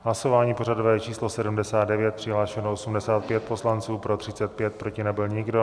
V hlasování pořadové číslo 79 přihlášeno 85 poslanců, pro 35, proti nebyl nikdo.